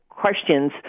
questions